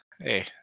Hey